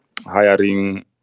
hiring